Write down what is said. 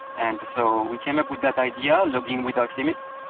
and so we came up with that idea, logging without limits,